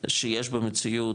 שיש במציאות,